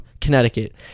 Connecticut